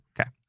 Okay